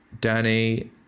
Danny